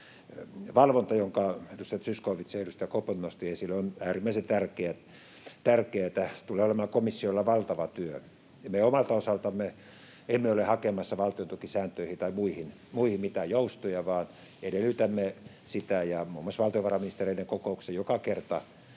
Valvonta, jonka edustaja Zyskowicz ja edustaja Kopra nostivat esille, on äärimmäisen tärkeätä. Se tulee olemaan komissiolla valtava työ. Me omalta osaltamme emme ole hakemassa valtiontukisääntöihin tai muihin mitään joustoja vaan edellytämme sitä, ja muun muassa valtiovarainministereiden kokouksessa joka kerta